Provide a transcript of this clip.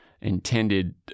intended